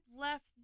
left